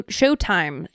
showtime